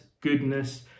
goodness